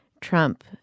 Trump